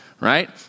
right